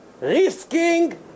risking